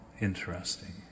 interesting